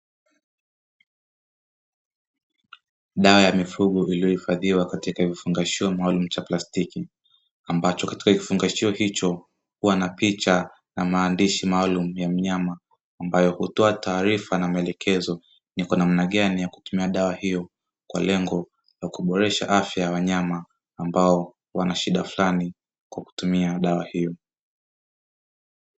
Dawa ya mifugo iliyohifadhiwa katika kifungashio maalumu cha plastiki, ambacho katika kifungashio hicho huwa na picha na maandishi maalumu ya mnyama, ambayo hutoa taarifa na maelekezo ni kwa namna gani ya kutumia dawa hiyo. Kwa lengo la kuboresha afya ya wanyama ambao wanashida fulani kwa kutumia dawa hiyo.